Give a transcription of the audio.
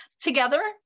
together